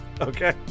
Okay